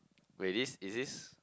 wait this is this